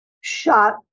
shot